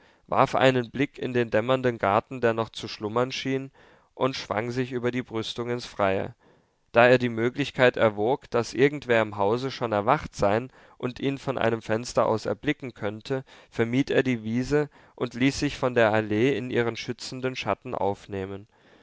warf einen blick in den dämmernden garten der noch zu schlummern schien und schwang sich über die brüstung ins freie da er die möglichkeit erwog daß irgendwer im hause schon erwacht sein und ihn von einem fenster aus erblicken könnte vermied er die wiese und ließ sich von der allee in ihren schützenden schatten aufnehmen